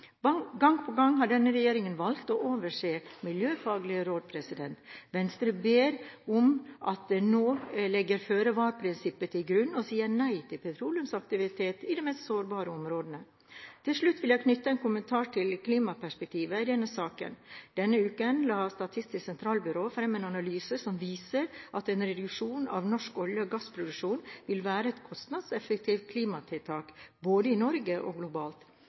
farvann. Gang på gang har denne regjeringen valgt å overse miljøfaglige råd. Venstre ber om at de nå legger føre-vare-prinsippet til grunn og sier nei til petroleumsaktivitet i de mest sårbare områdene. Til slutt vil jeg knytte en kommentar til klimaperspektivet i denne saken. Denne uken la Statistisk sentralbyrå fram en analyse som viser at en reduksjon av norsk olje- og gassproduksjon vil være et kostnadseffektivt klimatiltak, både i Norge og globalt.